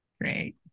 Great